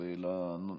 אין מתנגדים,